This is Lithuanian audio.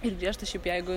ir griežtas šiaip jeigu